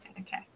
okay